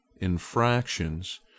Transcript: infractions